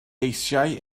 eisiau